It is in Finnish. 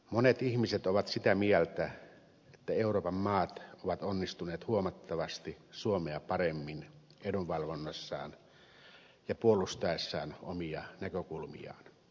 monet ihmiset ovat sitä mieltä että euroopan maat ovat onnistuneet huomattavasti suomea paremmin edunvalvonnassaan ja puolustaessaan omia näkökulmiaan